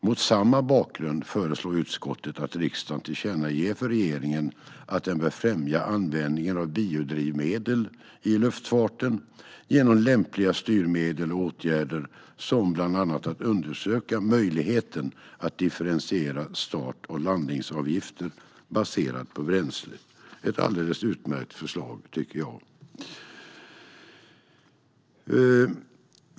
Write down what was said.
Mot denna bakgrund föreslår utskottet att riksdagen tillkännager för regeringen att den bör främja användningen av biodrivmedel i luftfarten genom lämpliga styrmedel och åtgärder som bl.a. att undersöka möjligheten att differentiera start och landningsavgifter baserat på bränsle." Det är ett alldeles utmärkt förslag, tycker jag.